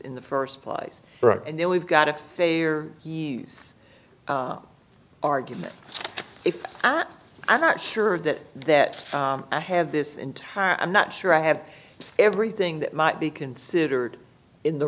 in the first place and then we've got a failure use argument if i'm not i'm not sure of that that i have this entire i'm not sure i have everything that might be considered in the